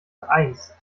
eins